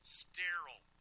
sterile